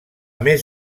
més